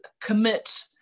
commit